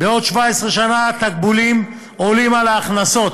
בעוד 17 שנה התשלומים עולים על ההכנסות,